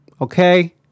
Okay